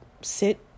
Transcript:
sit